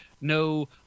no